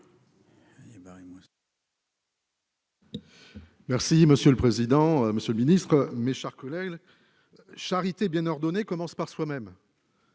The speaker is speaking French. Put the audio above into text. Merci monsieur le président, Monsieur le Ministre, mes chers collègues, charité bien ordonnée commence par soi-même.